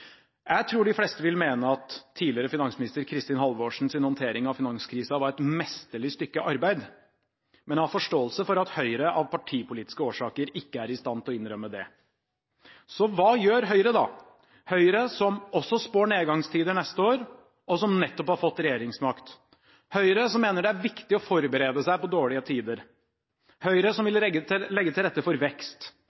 Jeg tror de fleste vil mene at tidligere finansminister Kristin Halvorsens håndtering av finanskrisen var et mesterlig stykke arbeid, men jeg har forståelse for at Høyre av partipolitiske årsaker ikke er i stand til å innrømme det. Så hva gjør Høyre – Høyre, som spår nedgangstider neste år, og som nettopp har fått regjeringsmakt, Høyre, som mener det er viktig å forberede seg på dårlige tider, Høyre, som vil